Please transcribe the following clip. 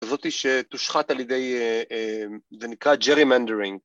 זאתי שתושחת על ידי, זה נקרא gerrymandering .